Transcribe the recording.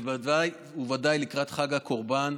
וודאי וודאי לקראת חג הקורבן,